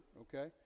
okay